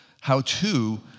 how-to